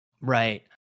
Right